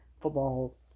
football